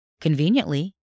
conveniently